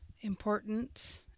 important